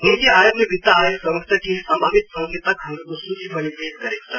नीति आयोगले वित्त आयोग समक्ष केही संभावित संकेतकहरुको सुची पनि पेश गरेको छ